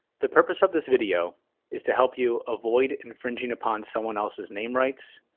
the purpose of this video is to help you avoid infringing upon someone else's name rights,